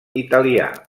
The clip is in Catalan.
italià